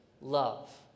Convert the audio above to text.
love